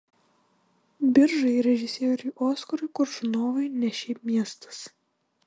biržai režisieriui oskarui koršunovui ne šiaip miestas